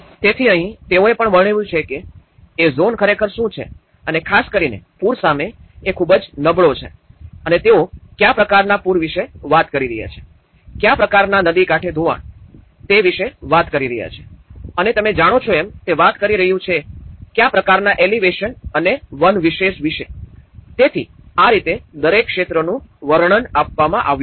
તેથી અહીં તેઓએ પણ વર્ણવ્યું છે કે એ ઝોન ખરેખર શું છે અને ખાસ કરીને પૂર સામે એ ખુબ જ નબળો છે અને તેઓ કયા પ્રકારનાં પૂર વિશે વાત કરી રહ્યા છે કયા પ્રકારનાં નદી કાંઠે ધોવાણ તે વિશે વાત કરી રહ્યા છે અને તમે જાણો છો એમ તે વાત કરી રહ્યું છે કયા પ્રકારનાં એલિવેશન અને વનવિશેષ વિશે તેથી આ રીતે દરેક ક્ષેત્રનું વર્ણન આપવામાં આવ્યું છે